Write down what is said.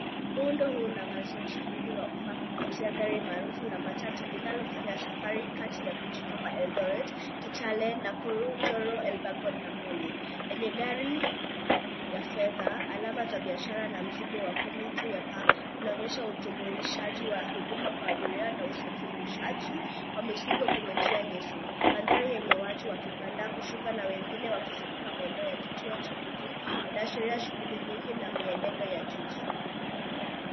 Muundo huu una angazia usafiri wa umma kupitia gari maarufu la matatu linalo fanya safari kati ya miji kama Eldoret, Kitale, Nakuru, Njoro ,Elubergon na Molo lenye gari ya fedha alama za biashara na mzigo wa kuni juu ya paa lina onyesha ujumiashaji wa huduma kwa abiria na usafirishaji wa mizigo kwenye njia ndefu. Mandhari yenye watu wakipanda kushuka wengine wakizunguka maeneo ya kituo cha booking ina ashiria shughuli nyingi na mienendo ya jiji.